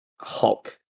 Hulk